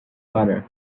father